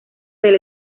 del